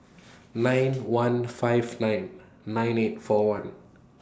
nine one five nine nine eight four one